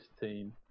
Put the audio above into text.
team